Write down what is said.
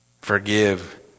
Forgive